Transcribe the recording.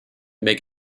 make